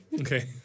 okay